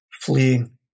fleeing